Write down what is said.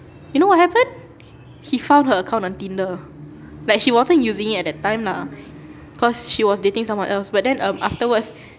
you know what happened he found her account on tinder like she wasn't using it at that time lah cause she was dating someone else but then um afterwards